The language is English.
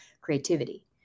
creativity